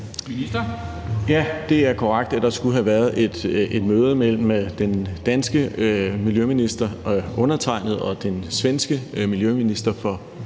Ja, det er korrekt, at der skulle have været et møde mellem den danske miljøminister, undertegnede og den svenske miljøminister for